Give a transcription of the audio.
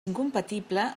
incompatible